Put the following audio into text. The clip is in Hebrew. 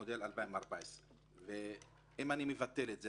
מודל 2014. אם אני מבטל את העיקול,